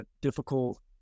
difficult